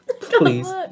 Please